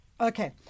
Okay